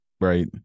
Right